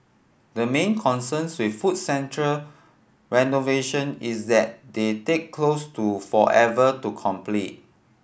the main concerns with food central renovation is that they take close to forever to complete